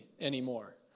anymore